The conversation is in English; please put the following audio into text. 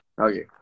Okay